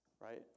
right